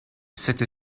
cette